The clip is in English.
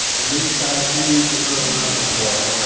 and these guys, and you deserve a round of applause.